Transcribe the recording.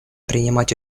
принимать